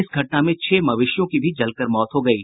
इस घटना में छह मवेशियों के भी जलकर मौत हो गयी